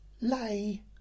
lay